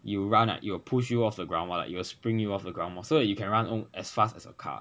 you run right it will push you off the ground while like it will spring you off the ground more so that you can run as fast as a car